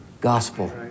gospel